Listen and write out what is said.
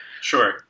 Sure